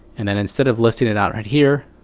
and then instead of listing it out right here,